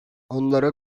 onlara